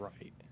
right